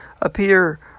appear